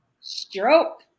stroke